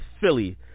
Philly